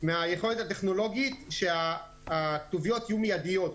מהיכולת הטכנולוגית שהכתוביות יהיו מיידיות,